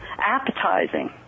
appetizing